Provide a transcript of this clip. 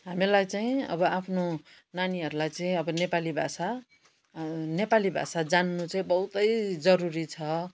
हामीलाई चाहिँ अब आफ्नो नानीहरूलाई चाहिँ अब नेपाली भाषा नेपाली भाषा जान्नु चाहिँ बहुतै जरुरी छ